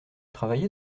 travaillez